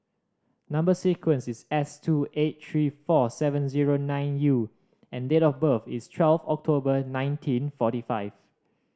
number sequence is S two eight three four seven zero nine U and date of birth is twelve October nineteen forty five